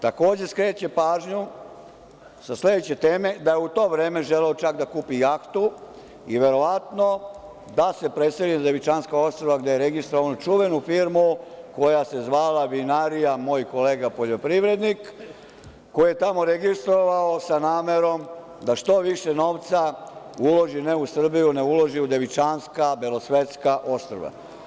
Takođe skreće pažnju sa sledeće teme, da je u to vreme želeo čak da kupi jahtu i verovatno da se preseli na Devičanska Ostrva, gde je registrovao čuvenu firmu koja se zvala – Vinarija moj kolega poljoprivrednik, koju je tamo registrovao sa namerom da što više novca uloži ne u Srbiju, nego uloži u Devičanska belosvetska ostrva.